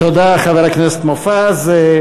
תודה, חבר הכנסת מופז.